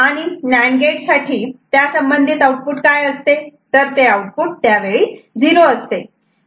आणि NAND gate साठी त्यासंबंधित आउटपुट काय असते तर ते आउटपुट त्यावेळी 0 असते